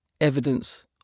evidence